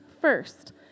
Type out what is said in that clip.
first